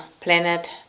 planet